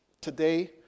Today